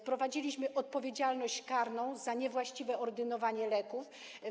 Wprowadziliśmy odpowiedzialność karną za niewłaściwe ordynowanie leków.